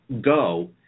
go